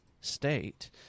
state